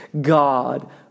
God